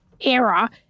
era